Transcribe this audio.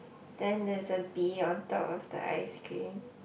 then there's a bee on top of the ice cream